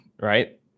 right